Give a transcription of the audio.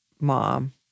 mom